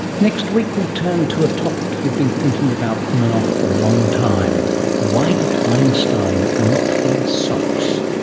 next week, we turn to a topic you've been thinking about on and off for a long time why did einstein not wear socks?